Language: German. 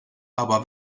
aber